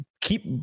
keep